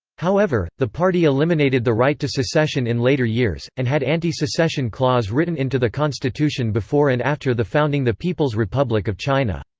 however, the party eliminated the right to secession in later years, and had anti-secession clause written into the constitution before and after the founding the people's republic of china.